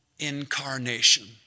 incarnation